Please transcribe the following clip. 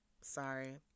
Sorry